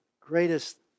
greatest